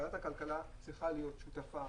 ועדת הכלכלה צריכה להיות שותפה,